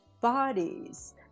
bodies